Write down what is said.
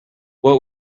what